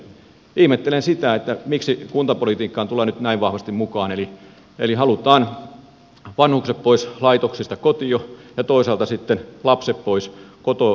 ihmettelen sitä miksi kuntapolitiikkaan tullaan nyt näin vahvasti mukaan eli halutaan vanhukset pois laitoksista kotiin ja toisaalta sitten lapset pois kotoa laitoksiin